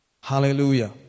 Hallelujah